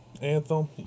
Anthem